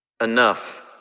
Enough